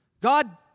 God